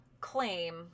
claim